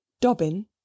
dobbin